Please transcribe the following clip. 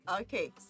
Okay